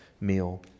meal